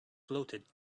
floated